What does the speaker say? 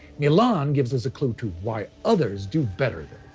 milan gives us a clue to why others do better though.